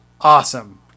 awesome